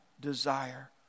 desire